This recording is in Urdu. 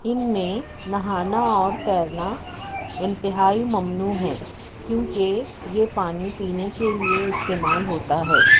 ان میں نہانا اور تیرنا انتہائی ممنوع ہے کیونکہ یہ پانی پینے کے لیے استعمال ہوتا ہے